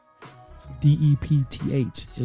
D-E-P-T-H